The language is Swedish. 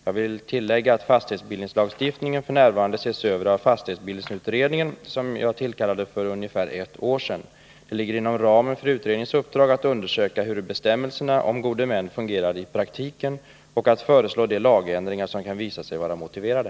Jag vill tillägga att fastighetsbildningslagstiftningen f.n. ses över av fastighetsbildningsutredningen , som jag tillkallade för ungefär ett år sedan. Det ligger inom ramen för utredningens uppdrag att undersöka hur bestämmelserna om gode män fungerar i praktiken och att föreslå de lagändringar som kan visa sig vara motiverade.